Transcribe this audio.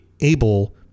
able